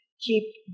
keep